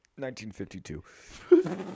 1952